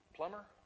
plumber